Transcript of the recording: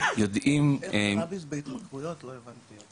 איך קנאביס בהתמכרויות, לא הבנתי?